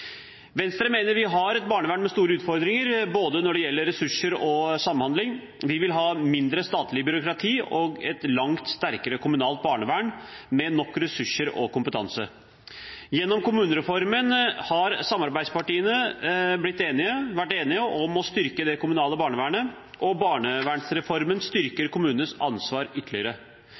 Venstre mener vi har et barnevern med store utfordringer når det gjelder både ressurser og samhandling. Vi vil ha mindre statlig byråkrati og et langt sterkere kommunalt barnevern med nok ressurser og kompetanse. Gjennom kommunereformen har samarbeidspartiene vært enige om å styrke det kommunale barnevernet, og barnevernsreformen styrker kommunenes ansvar ytterligere.